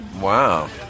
Wow